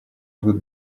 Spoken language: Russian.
будут